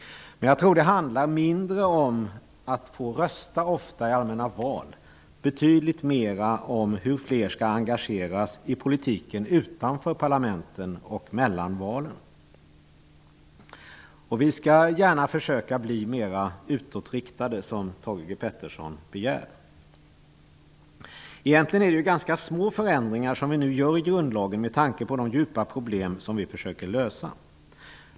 Jag tror dock att det inte handlar så mycket om att man skall få rösta ofta i allmänna val. Det handlar i stället mera om på vilket sätt flera människor skall engageras i politiken utanför parlamenten och mellan valen. Vi skall gärna försöka att bli mera utåtriktade, vilket Thage G Peterson begär. Egentligen är det ganska små förändringar som vi nu vill göra i grundlagen med tanke på de djupgående problem som vi försöker lösa.